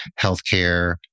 healthcare